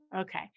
Okay